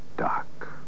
dark